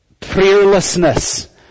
prayerlessness